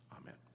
amen